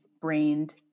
brained